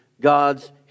God's